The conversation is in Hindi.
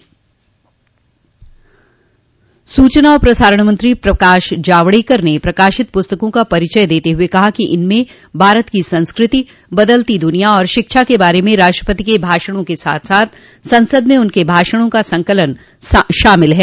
वेंकैया नायडू जोड़ सूचना और प्रसारण मंत्री प्रकाश जावड़ेकर ने प्रकाशित पुस्तकों का परिचय देत हुए कहा कि इनमें भारत की संस्कृति बदलती दुनिया और शिक्षा के बारे में राष्ट्रपति के भाषणों के साथ साथ संसद में उनके भाषणों का संकलन शामिल है